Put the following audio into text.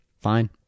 Fine